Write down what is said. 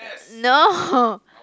no